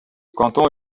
canton